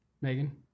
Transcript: Megan